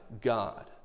God